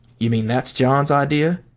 you mean that's john's idea.